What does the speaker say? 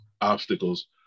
obstacles